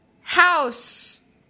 House